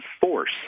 force